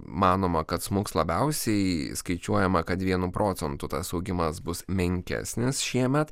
manoma kad smuks labiausiai skaičiuojama kad vienu procentu tas augimas bus menkesnis šiemet